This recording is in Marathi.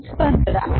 हे ठीक आहे का